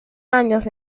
años